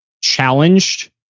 challenged